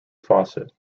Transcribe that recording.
fawcett